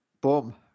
Boom